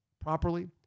properly